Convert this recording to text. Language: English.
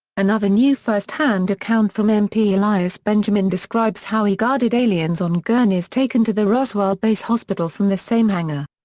another new firsthand account from mp elias benjamin describes how he guarded aliens on gurneys taken to the roswell base hospital from the same hangar.